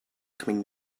coming